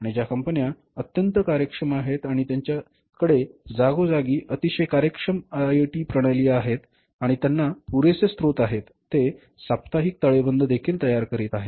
आणि ज्या कंपन्या अत्यंत कार्यक्षम आहेत आणि त्यांच्याकडे जागोजागी अतिशय कार्यक्षम आयटी प्रणाल्या आहेत आणि ज्यांना पुरेसे स्रोत आहेत ते साप्ताहिक ताळेबंददेखील तयार करीत आहेत